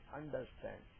understand